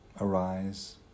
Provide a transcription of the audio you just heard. arise